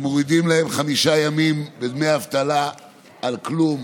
מורידים להם חמישה ימים מדמי האבטלה על כלום,